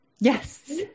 Yes